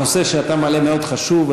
הנושא שאתה מעלה מאוד חשוב,